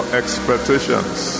expectations